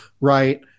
right